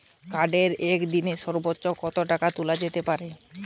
কার্ডে একদিনে সর্বোচ্চ কত টাকা তোলা যেতে পারে?